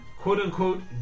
quote-unquote